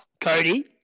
Cody